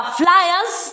flyers